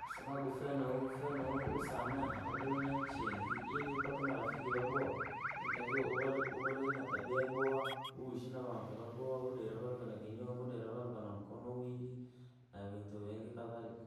Kwababu fyana huu fyana huu usame ahaa, udome na nchi yingi, ili upate marafiki vaboa, yootakiwa uvaluke uvaleke na tabia yaaboa, uishi na vantu vyaboa, udeere valuka na kinyongo, udeere valuka na mkono wawivii, na vintu vingi.